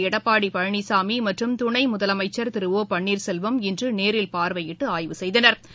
எடப்பாடிபழனிசாமிமற்றும் துணைமுதலமைச்சா் திரு ஓ பன்னீாசெல்வம் இன்றுநேரில் பார்வையிட்டுஆய்வு செய்தனா்